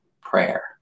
prayer